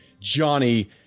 Johnny